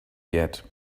yet